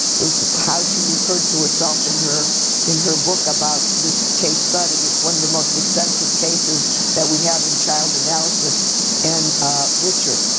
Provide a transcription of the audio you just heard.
is how she referred to herself in her in her book about this case study. it's one of the most extensive cases that we have in child analysis and richer.